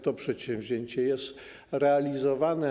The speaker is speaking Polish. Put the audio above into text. To przedsięwzięcie jest realizowane.